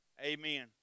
amen